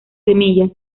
semillas